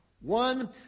One